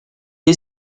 est